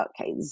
okay